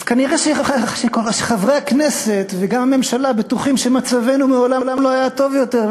אז כנראה חברי הכנסת וגם הממשלה בטוחים שמצבנו מעולם לא היה טוב יותר,